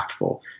impactful